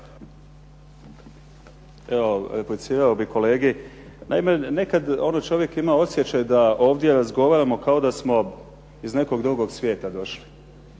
Evo replicirao bih kolegi. Naime, nekad čovjek ima osjećaj da ovdje razgovaramo kao da smo iz nekog drugog svijeta došli,